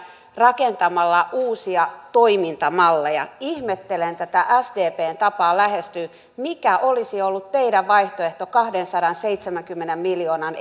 rakentamalla uusia toimintamalleja ihmettelen tätä sdpn tapaa lähestyä mikä olisi ollut teidän vaihtoehtonne kahdensadanseitsemänkymmenen miljoonan